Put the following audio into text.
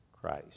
Christ